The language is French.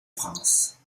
france